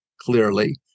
clearly